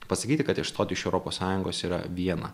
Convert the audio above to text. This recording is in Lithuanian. pasakyti kad išstoti iš europos sąjungos yra viena